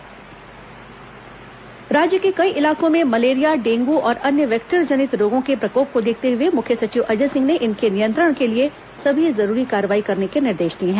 मुख्य सचिव समीक्षा राज्य के कई इलाकों में मलेरिया डेंगू और अन्य वेक्टर जनित रोगों के प्रकोप को देखते हुए मुख्य सचिव अजय सिंह ने इनके नियंत्रण के लिए सभी जरूरी कार्रवाई करने के निर्देश दिए हैं